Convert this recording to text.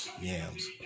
Yams